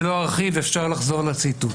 ולא ארחיב, אפשר לחזור לציטוט.